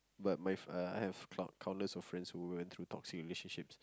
but my fr~ uh I have count~ countless of friends who went through toxic relationships